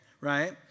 right